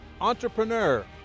entrepreneur